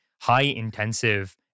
high-intensive